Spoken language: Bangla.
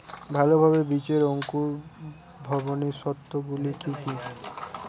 ভালোভাবে বীজের অঙ্কুর ভবনের শর্ত গুলি কি কি?